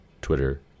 Twitter